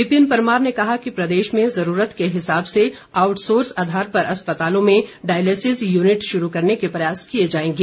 विपिन परमार ने कहा कि प्रदेश में जरूरत के हिसाब से आउटसोर्स के आधार पर अस्पतालों में डायलिसिज यूनिट शुरू करने के प्रयास किए जाएंगे